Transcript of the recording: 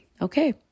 okay